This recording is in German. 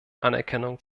anerkennung